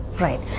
right